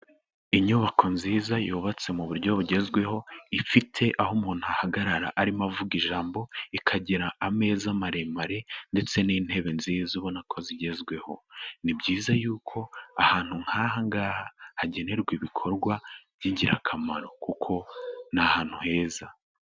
Inyubako nziza yubatse mu buryo bugezweho, ifite aho umuntu ahagarara arimo avuga ijambo, ikagira ameza maremare ndetse n'intebe nziza ubona ko zigezweho, ni byiza y'uko ahantu nk'aha ngaha hagenerwa ibikorwa b'ingirakamaro kuko ni ahantu heza.